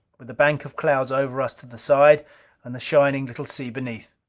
with a bank of clouds over us to the side and the shining little sea beneath.